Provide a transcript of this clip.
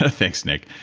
ah thanks nick.